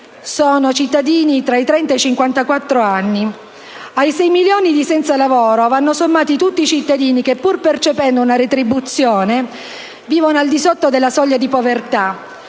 sono cittadini tra i 30 e i 54 anni. Ai 6 milioni di senza lavoro vanno sommati tutti i cittadini che, pur percependo una retribuzione, vivono al di sotto della soglia di povertà.